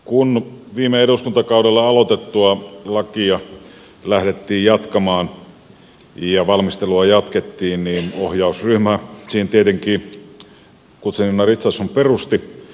kun viime eduskuntakaudella aloitettua lakia lähdettiin jatkamaan ja valmistelua jatkettiin niin ohjausryhmän siihen tietenkin guzenina richardson perusti